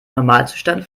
normalzustand